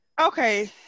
Okay